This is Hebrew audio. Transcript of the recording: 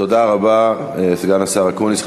תודה רבה, סגן השר אקוניס.